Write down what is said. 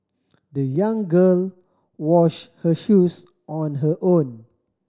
the young girl wash her shoes on her own